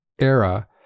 era